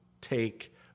take